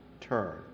turn